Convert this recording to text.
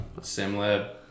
SimLab